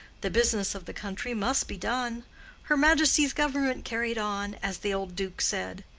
the business of the country must be done her majesty's government carried on, as the old duke said.